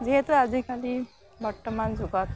যিহেতু আজিকালি বৰ্তমান যুগত